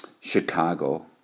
Chicago